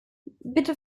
bitte